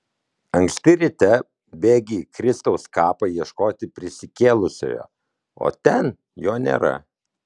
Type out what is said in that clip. anksti ryte bėgi į kristaus kapą ieškoti prisikėlusiojo o ten jo nėra